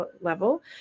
level